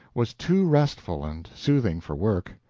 was too restful and soothing for work.